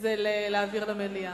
זה להעביר למליאה.